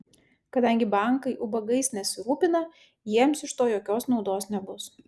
kadangi bankai ubagais nesirūpina jiems iš to jokios naudos nebus